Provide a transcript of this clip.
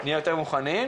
נהיה יותר מוכנים.